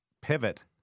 pivot